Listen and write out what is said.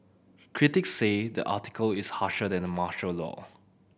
critics say the article is harsher than the martial law